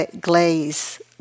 glaze